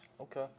Okay